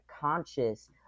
conscious